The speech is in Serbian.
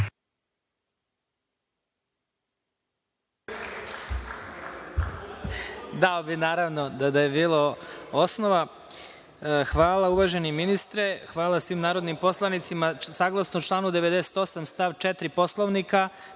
Dao bih naravno, da je bilo osnova. Hvala uvaženi ministre. Hvala svim narodnim poslanicima. Saglasno članu 98. stav 4. Poslovnika,